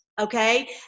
Okay